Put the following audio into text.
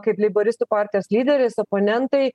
kaip leiboristų partijos lyderis oponentai